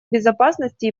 безопасности